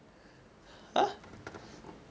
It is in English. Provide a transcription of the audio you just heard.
!huh!